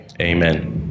Amen